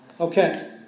Okay